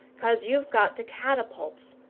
cos you've got to catapults.